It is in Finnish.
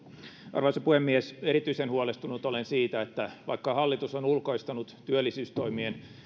arvoisa puhemies erityisen huolestunut olen siitä että vaikka hallitus on ulkoistanut työllisyystoimien